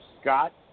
Scott